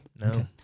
No